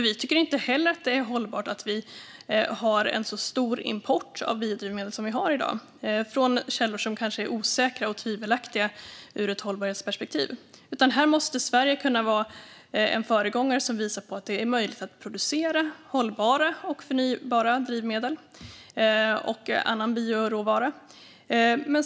Vi tycker inte heller att det är hållbart att vi har en så stor import av biodrivmedel som vi har i dag från källor som kanske är osäkra och tvivelaktiga ur ett hållbarhetsperspektiv. Här måste Sverige kunna vara en föregångare som visar på att det är möjligt att producera hållbara och förnybara drivmedel och annan bioråvara.